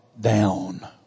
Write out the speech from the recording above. down